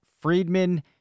Friedman